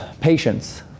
patience